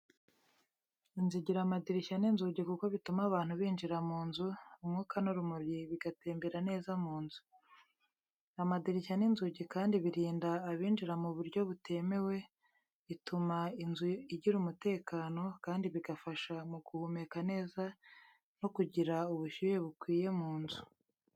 Inzu igira amadirishya n’inzugi kuko bituma abantu binjira mu nzu, umwuka n’urumuri bigatembera neza mu nzu. Amadirishya n’inzugi kandi birinda abinjira mu buryo butemewe, bituma inzu igira umutekano, kandi bigafasha mu guhumeka neza no kugira ubushyuhe bukwiye mu nzu.